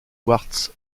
quartz